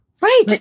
Right